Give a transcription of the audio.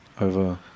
over